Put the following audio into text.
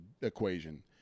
equation